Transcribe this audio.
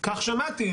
כך שמעתי,